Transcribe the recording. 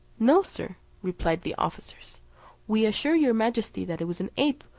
no, sir, replied the officers we assure your majesty that it was an ape,